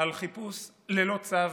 על חיפוש ללא צו,